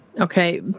Okay